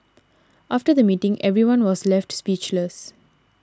after the meeting everyone was left speechless